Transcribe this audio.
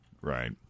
Right